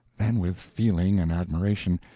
then, with feeling and admiration,